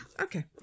Okay